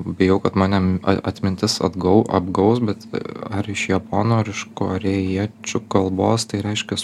bijau kad mane atmintis atgau apgaus bet ar iš japonų ar iš korėjiečių kalbos tai reiškias